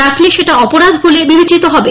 রাখলে সেটা অপরাধ বলে বিবেচিত হবে